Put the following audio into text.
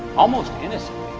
almost innocently,